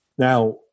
Now